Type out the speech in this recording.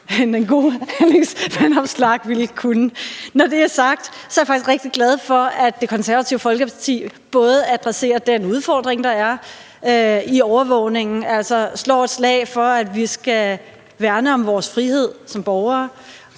end den gode hr. Alex Vanopslagh ville have. Når det er sagt, er jeg faktisk rigtig glad for, at Det Konservative Folkeparti adresserer den udfordring, der er med overvågningen, og altså slår et slag for, at vi skal værne om vores frihed som borgere,